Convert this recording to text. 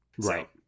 Right